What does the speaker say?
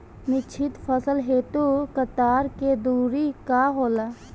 मिश्रित फसल हेतु कतार के दूरी का होला?